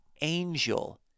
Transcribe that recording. angel